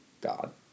God